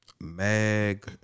Mag